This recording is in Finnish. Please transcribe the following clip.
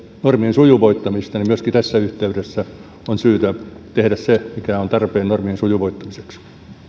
normien sujuvoittamista niin myöskin tässä yhteydessä on syytä tehdä se mikä on tarpeen normien sujuvoittamiseksi